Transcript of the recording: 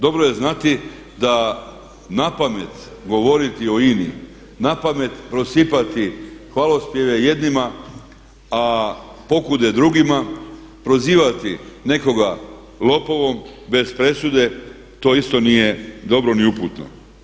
Dobro je znati da napamet govoriti o INA-i, na pamet prosipati hvalospjeve jednima, a pokude drugima, prozivati nekoga lopovom bez presude to isto nije dobro ni uputno.